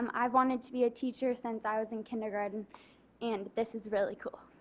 um i have wanted to be a teacher since i was in kindergarten and this is really cool.